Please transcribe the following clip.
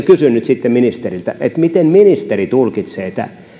kysyn nyt sitten ministeriltä miten ministeri tulkitsee tämän